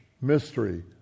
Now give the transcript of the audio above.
mystery